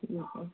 ठीक है